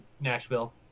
Nashville